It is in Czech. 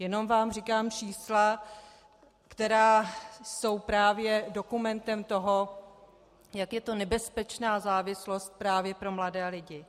Jenom vám říkám čísla, která jsou právě dokumentem toho, jak je to nebezpečná závislost právě pro mladé lidi.